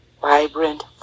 vibrant